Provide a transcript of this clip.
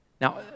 Now